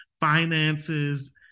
Finances